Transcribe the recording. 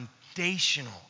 foundational